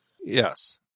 Yes